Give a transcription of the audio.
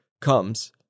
comes